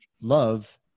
love